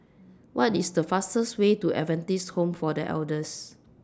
What IS The fastest Way to Adventist Home For The Elders